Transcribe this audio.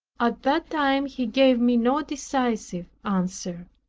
at that time he gave me no decisive answer,